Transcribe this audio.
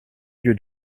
lieu